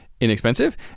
inexpensive